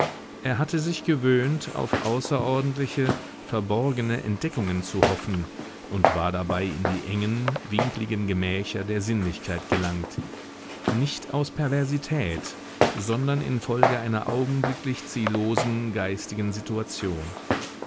er hatte sich gewöhnt auf außerordentliche verborgene entdeckungen zu hoffen und war dabei in die engen winkligen gemächer der sinnlichkeit gelangt nicht aus perversität sondern infolge einer augenblicklich ziellosen geistigen situation